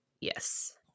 yes